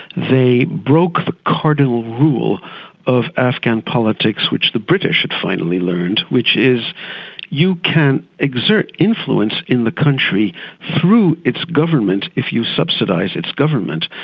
they broke the cardinal rule of afghan politics which the british had finally learned, which is you can exert influence in the country through its government if you subsidise its government,